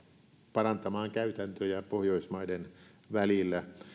parantamaan käytäntöjä pohjoismaiden välillä